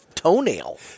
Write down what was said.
Toenail